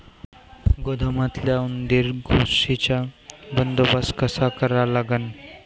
गोदामातल्या उंदीर, घुशीचा बंदोबस्त कसा करा लागन?